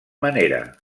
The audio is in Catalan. manera